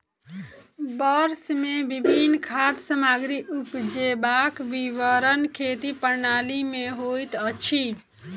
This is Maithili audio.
वर्ष मे विभिन्न खाद्य सामग्री उपजेबाक विवरण खेती प्रणाली में होइत अछि